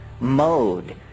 mode